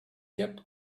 kept